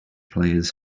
players